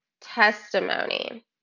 testimony